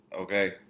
Okay